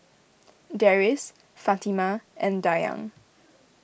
Deris Fatimah and Dayang